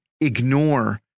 ignore